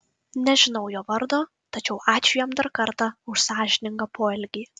nežinau jo vardo tačiau ačiū jam dar kartą už sąžiningą poelgį